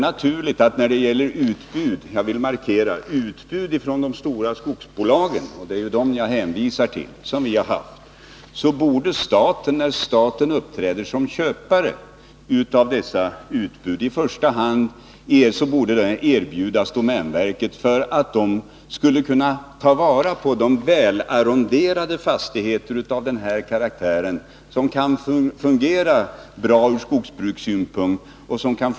När det gäller utbud — jag vill markera utbud — från de stora skogsbolagen, och det är ju dem som jag hänvisar till, Nr 70 borde staten, när staten uppträder som köpare av dessa utbud, i första hand erbjuda domänverket möjligheten för att man skall kunna ta vara på de välarronderade fastigheter av denna karaktär som kan fungera bra ur skogsbrukssynpunkt.